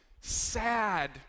sad